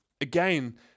again